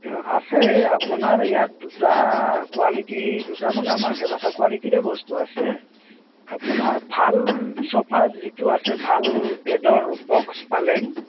অঁ আছে আপোনাৰ ইয়াত দুটা কোৱালিটি দুটা মানে আমাৰ কেইবাটাও কোৱালিটিৰে বস্তু আছে আপোনাৰ ভাল চফা যিটো আছে ভাল বেডৰ বক্স পালেং